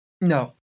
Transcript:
No